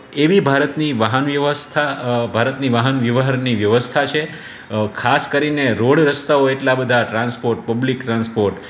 એવી ભારતની વાહન વ્યવસ્થા ભારતની વ્યવહારની વ્યવસ્થા છે ખાસ કરીને રોડ રસ્તાઓ એટલા બધા ટ્રાન્સપોર્ટ પબ્લીક ટ્રાન્સપોર્ટ